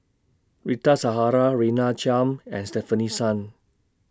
Rita Zahara Chiam and Stefanie Sun